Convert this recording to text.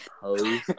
pose